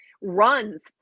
runs